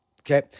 Okay